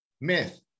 myth